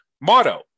Motto